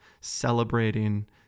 celebrating